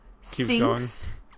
sinks